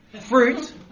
Fruit